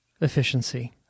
efficiency